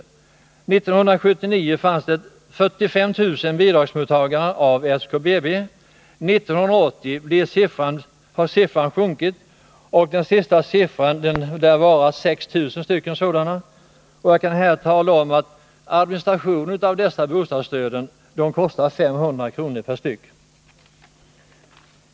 1979 fanns det 45 000 mottagare av SKBB. 1980 har antalet bidragsmottagare sjunkit — den senaste siffran lär vara 6 000. Jag kan här tala om att administrationen av dessa bostadsstöd kostar 500 kr. per styck.